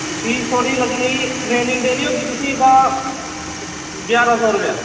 fees थोहाड़ी लग्गनी training देनी होगी तु'सें गी तां ञारां सौ रपेआ